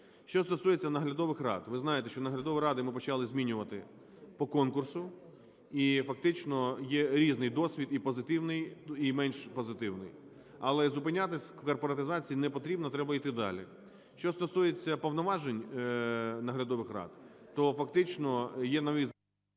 Що стосується наглядових рад, ви знаєте, що наглядові ради ми почали змінювати по конкурсу, і фактично є різний досвід: і позитивний, і менш позитивний. Але зупинятися в корпоратизації не потрібно, треба йти далі. Що стосується повноважень наглядових рад, то фактично є… ГОЛОВУЮЧИЙ.